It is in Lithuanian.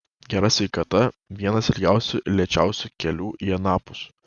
gera sveikata vienas ilgiausių ir lėčiausių kelių į anapus